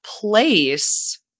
place